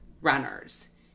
runners